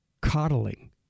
coddling